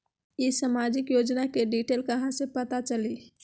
ई सामाजिक योजना के डिटेल कहा से पता चली?